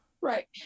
Right